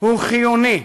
הוא חיוני,